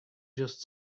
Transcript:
just